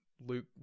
Luke